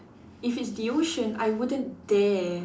if it's the ocean I wouldn't dare